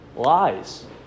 Lies